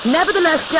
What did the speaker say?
Nevertheless